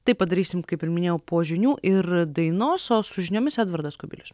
tai padarysim kaip ir minėjau po žinių ir dainos o su žiniomis edvardas kubilius